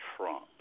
Trump